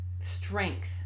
strength